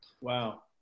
wow